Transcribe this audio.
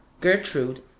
Gertrude